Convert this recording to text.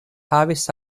havis